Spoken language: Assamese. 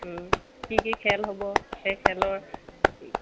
কি কি খেল হ'ব সেই খেলৰ